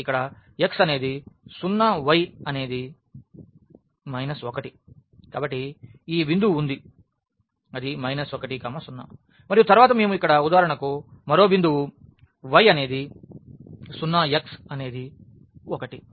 కాబట్టి ఇక్కడ xఅనేది 0 y అనేది 1 కాబట్టి ఈ బిందువు 10 గా ఉంది మరియు తర్వాత మేము ఇక్కడ ఉదాహరణకు మరో బిందువు y అనేది 0 x అనేది 1